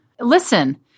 listen